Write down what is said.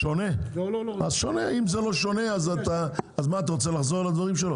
אז אין צורך לחזור על הדברים שלו.